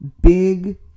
big